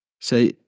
Say